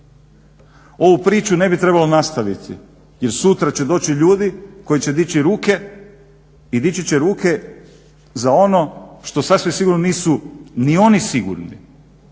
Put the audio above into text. Ovu priču ne bi trebalo nastaviti jer sutra će doći ljudi koji će dići ruke i dići će ruke za ono što sasvim sigurno nisu ni oni sigurni.